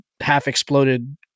half-exploded